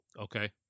Okay